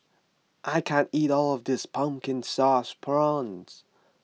I can't eat all of this Pumpkin Sauce Prawns